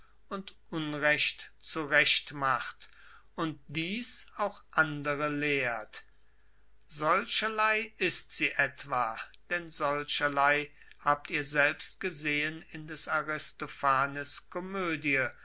und unrecht zu recht macht und dies auch andere lehrt solcherlei ist sie etwa denn solcherlei habt ihr selbst gesehen in des aristophanes komödie